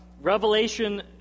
Revelation